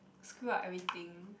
screw up everything